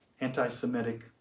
Anti-Semitic